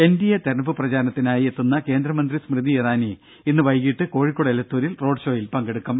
N D A തെരഞ്ഞെടുപ്പ് പ്രചാരണത്തിനായി എത്തുന്ന കേന്ദ്രമന്ത്രി സ്മൃതി ഇറാനി ഇന്ന് വൈകീട്ട് കോഴിക്കോട് എലത്തൂരിൽ റോഡ് ഷോയിൽ പങ്കെടുക്കും